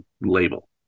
label